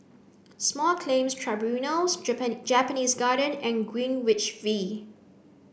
small Claims Tribunals Japanese Garden and Greenwich V